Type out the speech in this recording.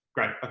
great. ah